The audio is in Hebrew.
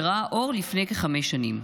שראה אור לפני כחמש שנים.